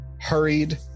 hurried